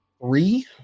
three